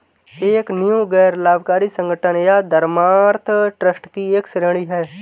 एक नींव गैर लाभकारी संगठन या धर्मार्थ ट्रस्ट की एक श्रेणी हैं